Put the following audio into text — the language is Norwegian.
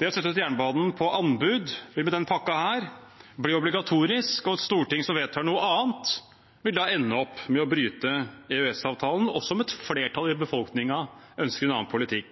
Det å sette ut jernbanen på anbud vil med denne pakken bli obligatorisk, og et storting som vedtar noe annet, vil da ende opp med å bryte EØS-avtalen, også om et flertall i